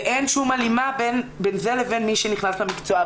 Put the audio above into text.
ואין שום הלימה בין זה ובין מי שנכנס למקצוע.